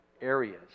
areas